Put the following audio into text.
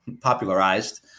popularized